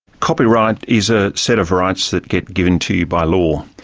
copyright is a set of rights that get given to you by law.